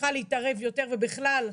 צריכה להתערב יותר ובכלל,